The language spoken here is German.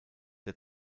der